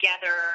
together